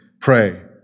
pray